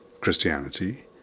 Christianity